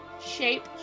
shape